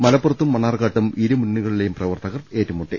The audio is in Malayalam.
മലപ്പുറത്തും മണ്ണാർക്കാട്ടും ഇരുമുന്നണികളിലെ പ്രവർത്തകർ ഏറ്റുമുട്ടി